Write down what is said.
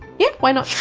yeah, why not?